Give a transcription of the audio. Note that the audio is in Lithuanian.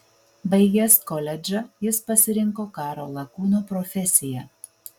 baigęs koledžą jis pasirinko karo lakūno profesiją